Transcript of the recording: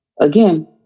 again